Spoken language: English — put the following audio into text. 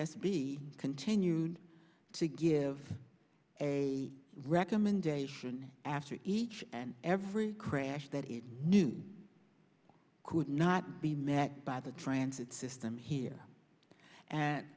s b continued to give a recommendation after each and every crash that it knew could not be met by the transit system here and